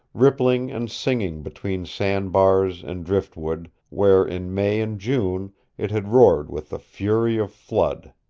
rippling and singing between sandbars and driftwood where in may and june it had roared with the fury of flood